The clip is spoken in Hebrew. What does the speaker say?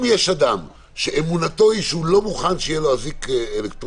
אם יש אדם שאמונתו היא שהוא לא מוכן שיהיה לו אזיק אלקטרוני,